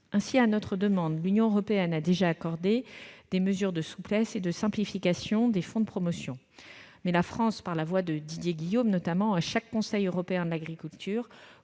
Ainsi, à notre demande, l'Union européenne a déjà accordé diverses mesures de souplesse et de simplification des fonds de promotion. Mais la France, notamment par la voix de Didier Guillaume, continue de solliciter, lors de chaque Conseil européen de l'agriculture,